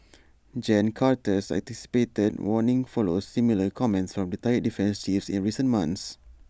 gen Carter's anticipated warning follows similar comments from retired defence chiefs in recent months